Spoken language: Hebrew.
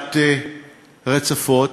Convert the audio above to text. בשטיפת רצפות.